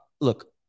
Look